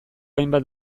hainbat